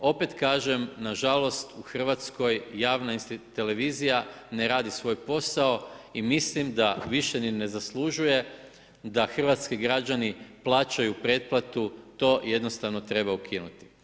Opet kažem, nažalost u Hrvatskoj javna televizija ne radi svoj posao i mislim da više ni ne zaslužuje, da hrvatski građani plaćaju pretplatu, to jednostavno treba ukinuti.